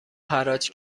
حراج